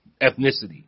ethnicity